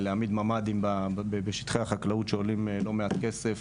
להעמיד ממ"דים גם בשטחי החקלאות שעולים לא מעט כסף.